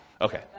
Okay